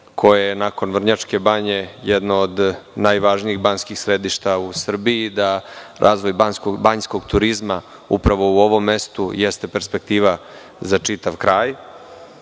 koje je nakon Vrnjačke Banje jedno od najvažnijih banjskih središta u Srbiji i da razvoj banjskog turizma upravo u ovom mestu jeste perspektiva za čitav kraj,